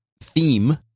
theme